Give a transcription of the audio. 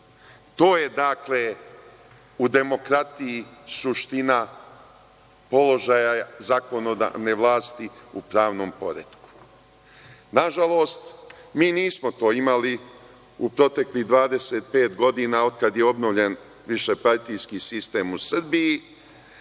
To je u demokratiji suština položaja zakonodavne vlasti u pravnom poretku. Nažalost, mi nismo to imali u proteklih 25 godina od kada je obnovljen višepartijski sistem u Srbiji,